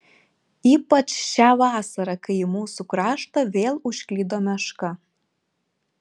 ypač šią vasarą kai į mūsų kraštą vėl užklydo meška